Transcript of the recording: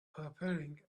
preparing